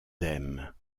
aime